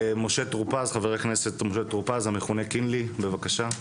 חבר הכנסת משה טור פז, המכונה קינלי, בבקשה.